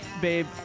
Babe